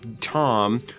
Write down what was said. Tom